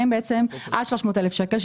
עד 300,000 שקל,